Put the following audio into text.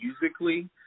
musically